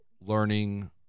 learning